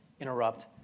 interrupt